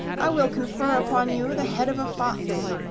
i will confer upon you the head of a fox,